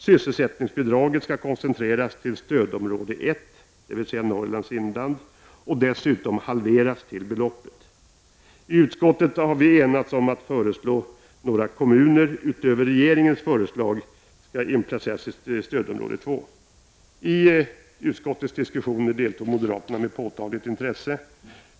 Sysselsättningsbidraget skall koncentreras till stödområde 1, dvs. till Norrlands inland, och dessutom halveras till beloppet. I utskottet har vi enat oss om att föreslå att några kommuner utöver regeringens förslag skall inplaceras i stödområde 2. I utskottets diskussioner deltog moderaterna med påtagligt intresse.